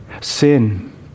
Sin